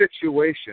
situation